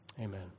Amen